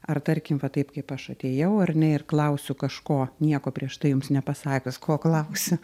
ar tarkim va taip kaip aš atėjau ar ne ir klausiu kažko nieko prieš tai jums nepasakius ko klausiu